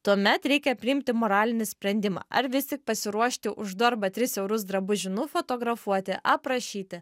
tuomet reikia priimti moralinį sprendimą ar vis tik pasiruošti už du arba tris eurus drabužį nufotografuoti aprašyti